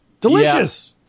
Delicious